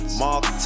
mark